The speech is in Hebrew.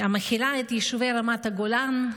המכלילה את יישובי רמת הגולן,